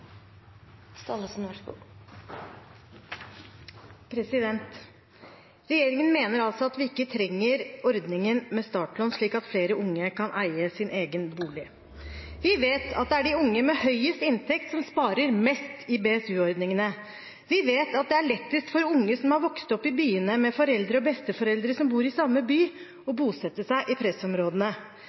Regjeringen mener altså at vi ikke trenger ordningen med startlån slik at flere unge kan eie sin egen bolig. Vi vet at det er de unge med høyest inntekt som sparer mest i BSU-ordningene. Vi vet at det er lettest for unge som er vokst opp i byene med foreldre og besteforeldre som bor i samme by, å bosette seg i pressområdene.